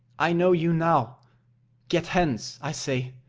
i know you now get hence, i say,